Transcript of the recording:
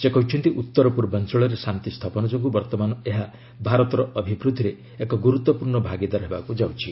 ସେ କହିଛନ୍ତି ଉତ୍ତର ପୂର୍ବାଞ୍ଚଳରେ ଶାନ୍ତି ସ୍ଥାପନ ଯୋଗୁଁ ବର୍ତ୍ତମାନ ଏହା ଭାରତର ଅଭିବୃଦ୍ଧିରେ ଏକ ଗୁରୁତ୍ୱପୂର୍ଣ୍ଣ ଭାଗିଦାର ହେବାକୁ ଯାଉଛି